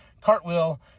Cartwheel